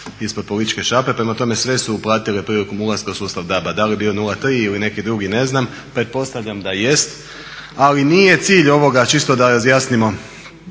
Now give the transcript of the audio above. ispod političke šape, prema tome sve su uplative prilikom ulaskom u sustav DAB-a, da li je bio 0,3 ili neki drugi ne znam, pretpostavljam da jest. Ali nije cilj ovoga čisto da razjasnimo